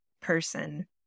person